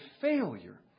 failure